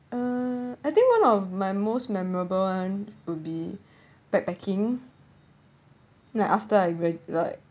err I think one of my most memorable one would be backpacking not after I really like